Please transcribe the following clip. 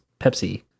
Pepsi